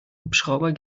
hubschrauber